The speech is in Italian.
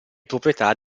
proprietà